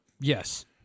yes